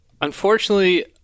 Unfortunately